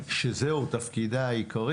שזהו תפקידה העיקרי